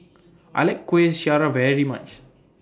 I like Kueh Syara very much